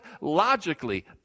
logically